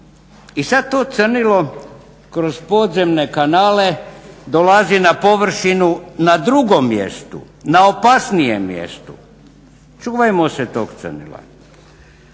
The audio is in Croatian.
I sada to crnilo kroz podzemne kanale dolazi na površinu na drugom mjestu, na opasnijem mjestu. Čuvajmo se tog crnila.